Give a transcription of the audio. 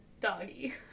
Doggy